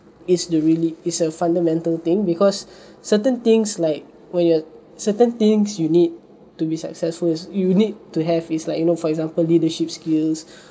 is the really is a fundamental thing because certain things like where you're certain things you need to be successful is you need to have is like you know for example leadership skills